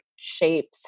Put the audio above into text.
Shapes